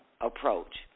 approach